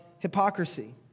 Hypocrisy